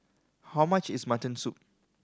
how much is mutton soup